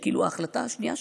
ההחלטה השנייה,